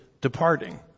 departing